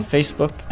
Facebook